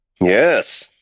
yes